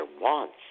wants